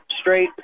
straight